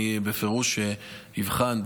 אני בפירוש אבחן,